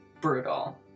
brutal